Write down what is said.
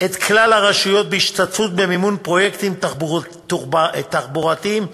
את כלל הרשויות בהשתתפות במימון פרויקטים תחבורתיים שונים,